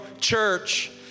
Church